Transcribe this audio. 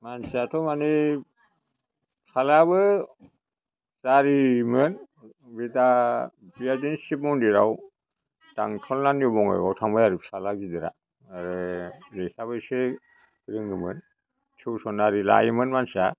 मानसियाथ' माने फिसालायाबो जारियोमोन बे दा बिबादिनो सिब मन्दिराव दांथल ना निउ बङाइगावआव थांबाय आरो फिसाला गिदिरा बिहाबो एसे रोङोमोन थिउसन आरि लायोमोन मानसिया